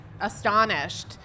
astonished